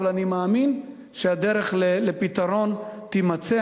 אבל אני מאמין שהדרך לפתרון תימצא.